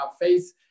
face